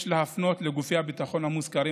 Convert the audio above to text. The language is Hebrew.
יש להפנות לגופי הביטחון המוזכרים,